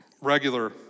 Regular